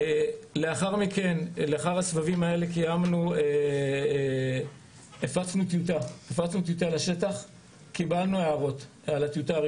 לאחר הסבבים האלה הפצנו טיוטה לשטח וקיבלנו הערות.